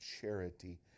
charity